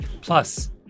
Plus